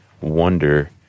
wonder